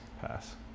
pass